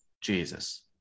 Jesus